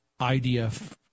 IDF